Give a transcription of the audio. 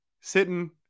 sitting